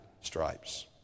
stripes